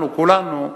אנחנו כולנו,